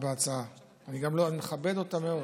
ואני מכבד אותה מאוד,